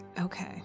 Okay